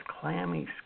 clammy